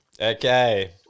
Okay